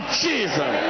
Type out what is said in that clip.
jesus